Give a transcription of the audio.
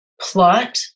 plot